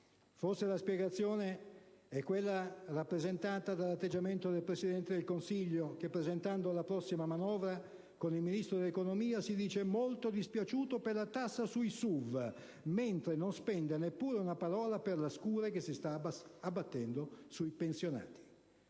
Forse la spiegazione è quella rappresentata dall'atteggiamento del Presidente del Consiglio che, presentando la prossima manovra con il Ministro dell'economia e delle finanze, si è detto molto dispiaciuto per la tassa sui SUV, mentre non ha speso neppure una parola per la scure che si sta abbattendo sui pensionati.